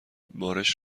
بارش